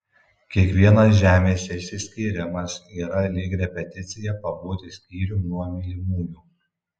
kiekvienas žemės išsiskyrimas yra lyg repeticija pabūti skyrium nuo mylimųjų